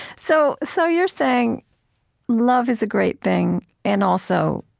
so so you're saying love is a great thing, and also,